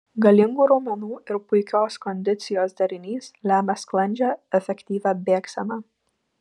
galingų raumenų ir puikios kondicijos derinys lemia sklandžią efektyvią bėgseną